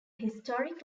historic